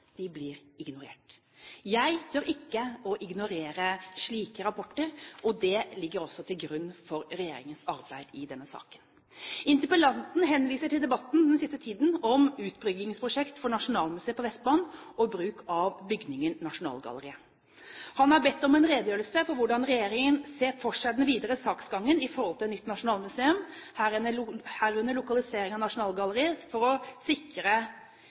blir ignorert. Jeg tør ikke ignorere slike rapporter, og det ligger også til grunn for regjeringens arbeid i denne saken. Interpellanten henviser til debatten den siste tiden om utbyggingsprosjekt for Nasjonalmuseet på Vestbanen og bruk av bygningen Nasjonalgalleriet. Han har bedt om en redegjørelse for hvordan regjeringen ser for seg den videre saksgangen i forhold til nytt nasjonalmuseum, herunder lokaliseringen av Nasjonalgalleriet, for å sikre